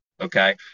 okay